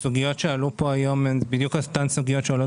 הסוגיות שעלו פה היום הן בדיוק אותן הסוגיות שעולות